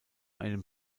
einem